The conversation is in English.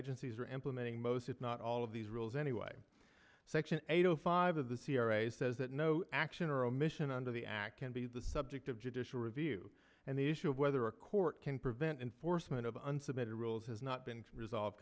agencies are implementing most if not all of these rules anyway section eight zero five of the c r a says that no action or omission under the act can be the subject of judicial review and the issue of whether a court can prevent enforcement of an submitted rules has not been resolved